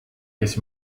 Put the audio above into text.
kes